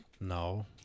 No